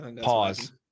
pause